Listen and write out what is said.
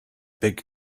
big